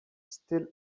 still